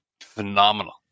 phenomenal